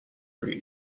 country